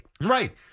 Right